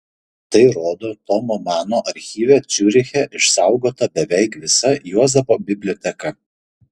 tai rodo tomo mano archyve ciuriche išsaugota beveik visa juozapo biblioteka